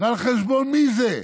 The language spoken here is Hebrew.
ועל חשבון מי זה?